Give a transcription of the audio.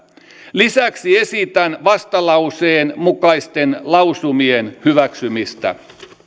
lisäksi esitän vastalauseen mukaisten lausumien hyväksymistä